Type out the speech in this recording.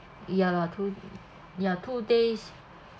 ya lah two ya two days